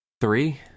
Three